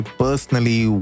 personally